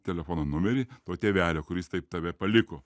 telefono numerį to tėvelio kuris taip tave paliko